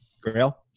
Grail